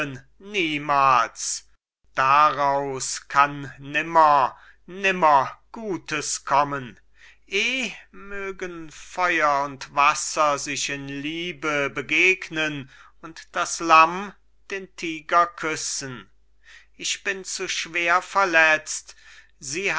niemals daraus kann nimmer nimmer gutes kommen eh mögen feu'r und wasser sich in liebe begegnen und das lamm den tiger küssen ich bin zu schwer verletzt sie